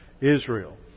Israel